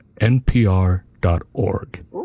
NPR.org